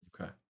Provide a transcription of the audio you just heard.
Okay